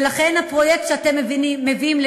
ולכן הפרויקט שאתם מביאים,